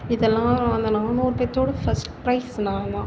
இதெலாம் அந்த நானூறு பேருத்தோட ஃபஸ்ட் ப்ரைஸ் நான் தான்